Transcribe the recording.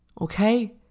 Okay